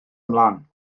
ymlaen